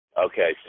Okay